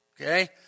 Okay